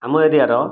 ଆମ ଏରିଆର